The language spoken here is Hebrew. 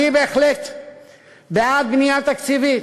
אני בהחלט בעד בנייה תקציבית.